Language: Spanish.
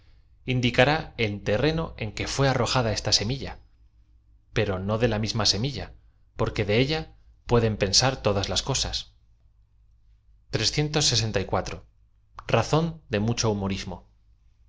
indicará el terreno en que íué arrojada esta aemilia pero no de la míama fiemillai porque de ella pueden penaar todas las cosas azón de muoko kumorimo